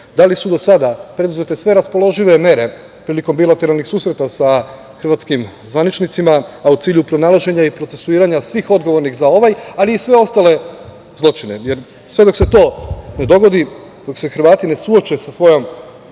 da li su do sada preduzete sve raspoložive mere prilikom bilateralnih susreta sa hrvatskim zvaničnicima, a u cilju pronalaženja i procesuiranja svih odgovornih za ovaj, ali i sve ostale zločine, jer sve dok se to ne dogodi, dok se Hrvati ne suoče sa svojom